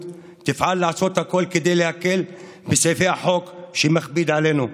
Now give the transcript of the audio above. תפעל לעשות הכול כדי להקל בסעיפי החוק שמכביד עלינו,